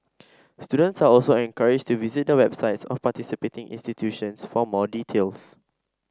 students are also encouraged to visit the websites of participating institutions for more details